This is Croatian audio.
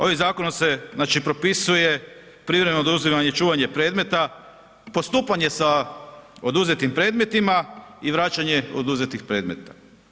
Ovim zakonom se, znači propisuje privremeno oduzimanje i čuvanje predmeta, postupanje sa oduzetim predmetima i vraćanje oduzetih predmeta.